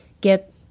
get